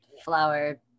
Flower